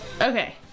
okay